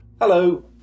Hello